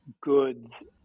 goods